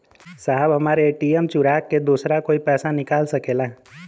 साहब हमार ए.टी.एम चूरा के दूसर कोई पैसा निकाल सकेला?